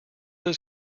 his